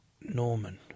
Norman